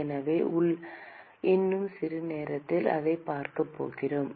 எனவே இன்னும் சிறிது நேரத்தில் அதைப் பார்க்கப் போகிறோம்